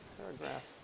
Paragraph